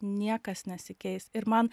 niekas nesikeis ir man